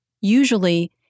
Usually